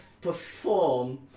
perform